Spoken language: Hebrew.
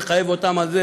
ולחייב אותם לזה